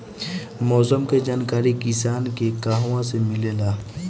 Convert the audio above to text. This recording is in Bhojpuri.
मौसम के जानकारी किसान के कहवा से मिलेला?